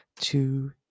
Two